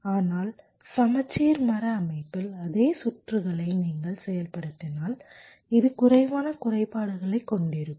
ஆனால் சமச்சீர் மர அமைப்பில் அதே சுற்றுகளை நீங்கள் செயல்படுத்தினால் இது குறைவான குறைபாடுகளைக் கொண்டிருக்கும்